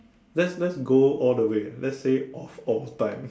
let's let's go all the way let's say of all time